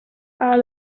are